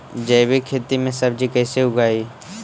जैविक खेती में सब्जी कैसे उगइअई?